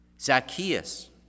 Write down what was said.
Zacchaeus